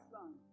son